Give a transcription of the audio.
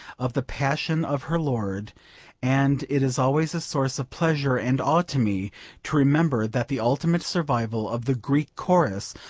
of the passion of her lord and it is always a source of pleasure and awe to me to remember that the ultimate survival of the greek chorus,